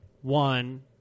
one